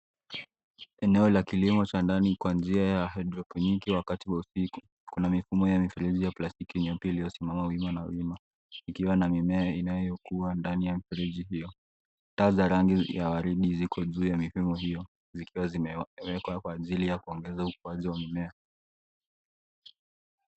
Eneo la kilimo cha ndani Kwa njia ya hydroponic wakati wa usiku. Kuna mifumo ya mfereji ya plastiki nyeupe iliyosimama wima na wima ikiwa na mimea inayokuwa ndani ya mfereji hiyo. Taa za rangi za waridi ziko juu ya mifumo hiyo, zikiwa zimewekwa Kwa ajili ya kuongeza upanzi wa mimea.